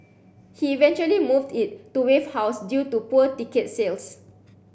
he eventually moved it to Wave House due to poor ticket sales